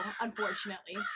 unfortunately